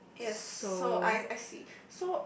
yes so I I see so